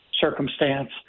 circumstance